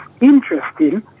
Interesting